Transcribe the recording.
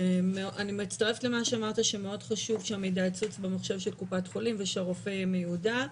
שהמידע יצוץ במחשב של קופת חולים ושהרופא יהיה מיודע.